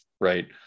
right